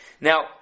Now